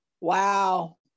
wow